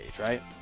right